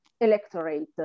electorate